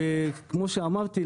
כמו שאמרתי,